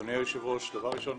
אדוני היושב-ראש, דבר ראשון,